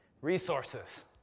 Resources